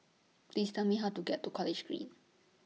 Please Tell Me How to get to College Green